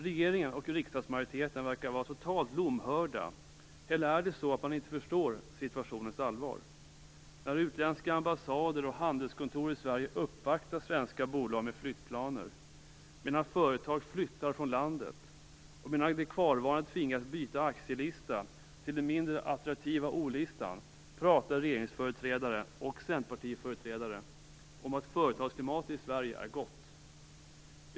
Regeringen och riksdagsmajoriteten verkar vara totalt lomhörda - eller är det så att man inte förstår situationens allvar? När utländska ambassader och handelskontor i Sverige uppvaktar svenska bolag med flyttplaner, när företag flyttar från landet och de som blir kvar tvingas byta aktielista till den mindre attraktiva O-listan, pratar regeringsföreträdare och företrädare för Centerpartiet om att företagsklimatet i Sverige är gott.